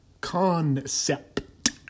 Concept